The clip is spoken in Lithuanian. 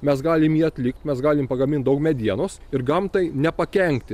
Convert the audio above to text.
mes galim jį atlikt mes galim pagamint daug medienos ir gamtai nepakenkti